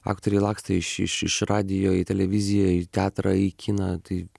aktoriai lakstė iš iš iš radijo į televiziją į teatrą į kiną taip